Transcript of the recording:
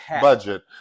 budget